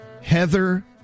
Heather